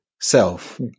self